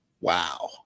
wow